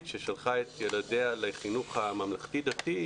ששלחה את ילדיה לחינוך הממלכתי-דתי,